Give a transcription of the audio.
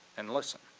and listen.